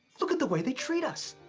look at the way they treat us.